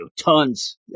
tons